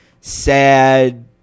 sad